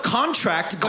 contract